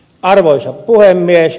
arvoisa puhemies